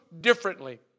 differently